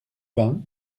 vin